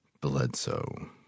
Bledsoe